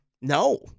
no